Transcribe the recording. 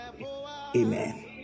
amen